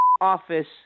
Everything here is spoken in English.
office